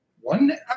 one